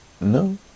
no